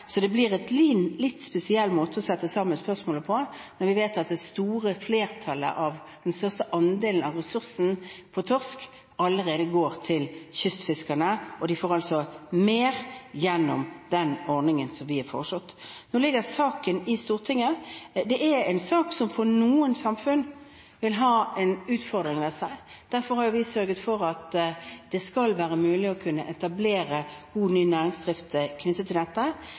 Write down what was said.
Så det blir en litt spesiell måte å sette sammen spørsmålet på, når vi vet at den største andelen av torskeressursen allerede går til kystfiskerne, og de altså får mer gjennom den ordningen vi har foreslått. Nå ligger saken i Stortinget. Det er en sak som for noen samfunn vil ha en utfordring ved seg. Derfor har vi sørget for at det skal være mulig å kunne etablere god ny næringsdrift knyttet til dette.